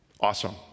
Awesome